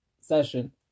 session